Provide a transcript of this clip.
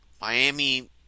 Miami